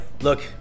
Look